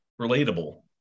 relatable